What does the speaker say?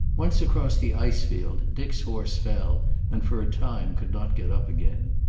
once across the ice field dick's horse fell and for a time could not get up again.